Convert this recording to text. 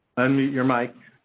unmute your mic.